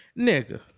Nigga